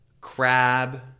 crab